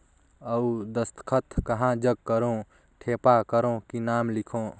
अउ दस्खत कहा जग करो ठेपा करो कि नाम लिखो?